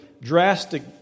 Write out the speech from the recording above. drastic